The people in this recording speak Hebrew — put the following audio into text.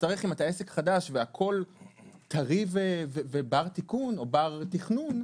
שאם אתה עסק חדש והכול טרי ובר תיקון או בר תכנון,